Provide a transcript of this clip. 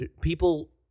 People